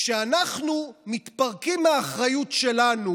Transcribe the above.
כשאנחנו מתפרקים מהאחריות שלנו,